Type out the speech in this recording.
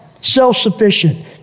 self-sufficient